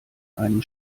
einem